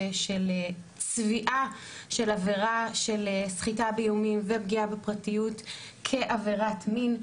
של צביעה של עבירה של סחיטה באיומים ופגיעה בפרטיות כעבירת מין,